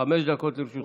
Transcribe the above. חמש דקות לרשותך.